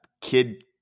kid